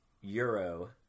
Euro